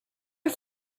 are